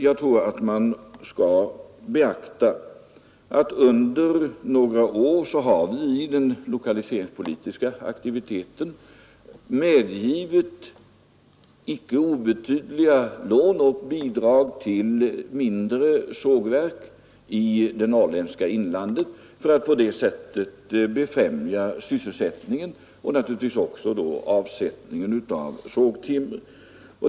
Jag tror att man bör beakta att vi under några år i den lokaliseringspolitiska aktiviteten medgivit icke obetydliga lån och bidrag till mindre sågverk i det norrländska inlandet för att på det sättet befrämja sysselsättningen och naturligtvis då även avsättningen av sågtimmer.